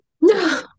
no